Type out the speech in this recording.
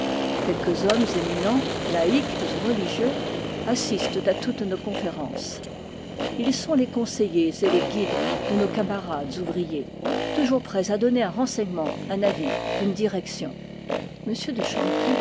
quelques hommes éminents laïques ou religieux assistent à toutes nos conférences ils sont des conseillers et les guides de nos camarades ouvriers toujours prêts à donner un renseignement un avis une direction